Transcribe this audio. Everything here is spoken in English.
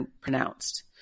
pronounced